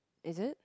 is it